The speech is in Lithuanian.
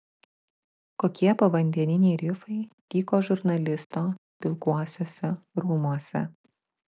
kokie povandeniniai rifai tyko žurnalisto pilkuosiuose rūmuose